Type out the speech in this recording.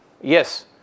yes